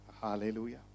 hallelujah